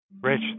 Rich